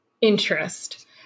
interest